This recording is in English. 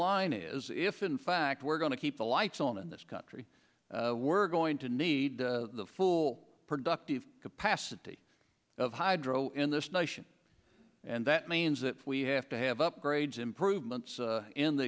line is if in fact we're going to keep the lights on in this country we're going to need the full productive capacity of hydro in this nation and that means that we have to have upgrades improvements in the